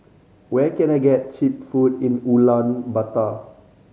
where can I get cheap food in Ulaanbaatar